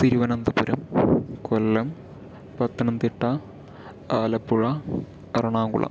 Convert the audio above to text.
Thiruvananthapuram Kollam Pathanamthitta Alappuzha Ernakulam